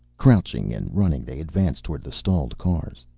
crouching and running, they advanced toward the stalled cars.